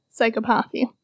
psychopathy